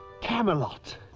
Camelot